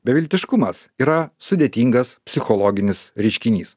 beviltiškumas yra sudėtingas psichologinis reiškinys